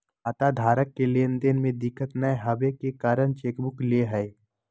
खाताधारक के लेन देन में दिक्कत नयय अबे के कारण चेकबुक ले हइ